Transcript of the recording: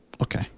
Okay